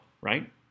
right